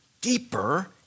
deeper